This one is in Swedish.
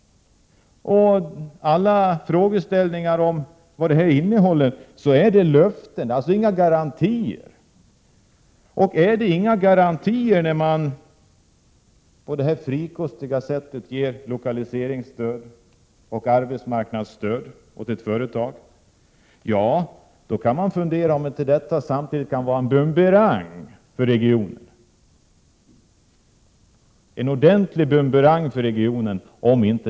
Det finns många frågeställningar om vad detta löfte innehåller. Det rör sig om ett löfte, och det finns alltså inga garantier. Eftersom det inte finns några garantier och man på detta frikostiga sätt ger lokaliseringsstöd och arbetsmarknadsstöd åt ett företag, kan man fundera över om inte detta kan bli en ordentlig bumerang för regionen.